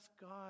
God